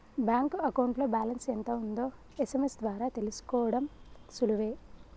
bank అకౌంట్లో balance ఎంత ఉందో ఎస్.ఎం.ఎస్ ద్వారా తెలుసుకోడం సులువే